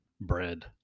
Bread